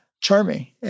charming